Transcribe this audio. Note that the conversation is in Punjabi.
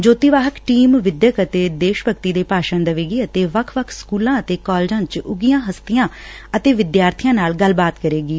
ਜੋਤੀ ਵਾਹਕ ਟੀਮ ਵਿਦਿਅਕ ਅਤੇ ਦੇਸ਼ ਭਗਤੀ ਦੇ ਭਾਸ਼ਣ ਦਵੇਗੀ ਅਤੇ ਵੱਖ ਵੱਖ ਸਕੁਲਾਂ ਕਾਲਜਾਂ ਚ ਉੱਘੀਆਂ ਹਸਤੀਆਂ ਅਤੇ ਵਿਦਿਆਰਬੀਆਂ ਨਾਲ ਗੱਲਬਾਤ ਕਰੇਗੀ